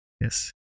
Yes